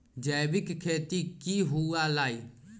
जैविक खेती की हुआ लाई?